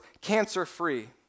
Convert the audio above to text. cancer-free